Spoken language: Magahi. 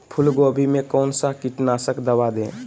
फूलगोभी में कौन सा कीटनाशक दवा दे?